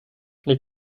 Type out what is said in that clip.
les